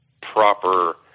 proper